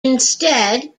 instead